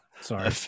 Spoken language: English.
Sorry